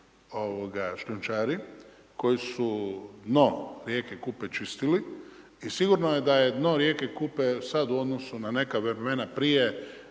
šljunčari, koji su dno rijeke Kupe čistili i sigurno je da dno rijeke Kupe, sada u odnosu, na neka vremena prije,